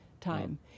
time